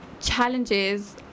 challenges